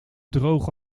droge